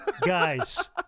Guys